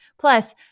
Plus